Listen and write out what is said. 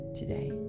today